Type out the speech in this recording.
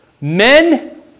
men